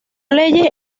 leyes